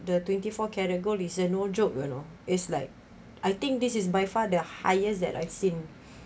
the twenty four carat gold is a no joke you know is like I think this is by far the highest that I've seen